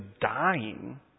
dying